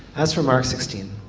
as for mark sixteen.